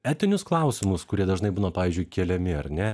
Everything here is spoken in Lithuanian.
etinius klausimus kurie dažnai būna pavyzdžiui keliami ar ne